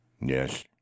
Yes